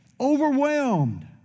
overwhelmed